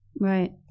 Right